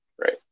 right